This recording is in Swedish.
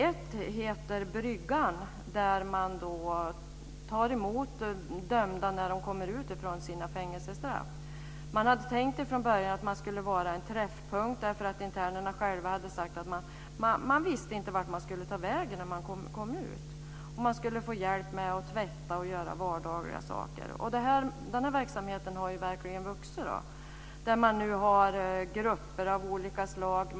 Ett av projekten heter Bryggan. Där tar man emot dömda när de kommer ut från sina fängelsestraff. Det var från början tänkt som en träffpunkt. Internerna själva hade sagt att de inte visste vart de skulle ta vägen när de kom ut. De skulle få hjälp med att tvätta och göra vardagliga saker. Den här verksamheten har verkligen vuxit. Nu har man grupper av olika slag.